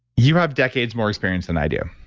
you have decades more experience than i do,